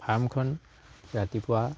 ফাৰ্মখন ৰাতিপুৱা